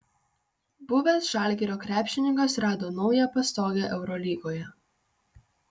buvęs žalgirio krepšininkas rado naują pastogę eurolygoje